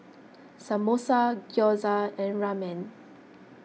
Samosa Gyoza and Ramen